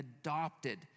adopted